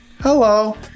Hello